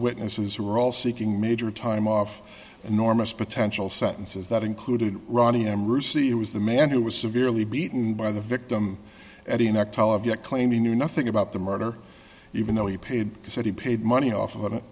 witnesses who are all seeking major time off enormous potential sentences that included ronnie m russi it was the man who was severely beaten by the victim yet claimed he knew nothing about the murder even though he paid he said he paid money off of it